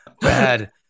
Bad